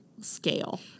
scale